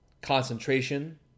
concentration